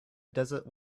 desert